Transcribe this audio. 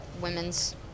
women's